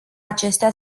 acestea